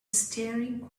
staring